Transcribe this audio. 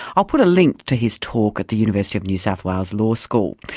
i'll put a link to his talk at the university of new south wales law school.